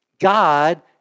God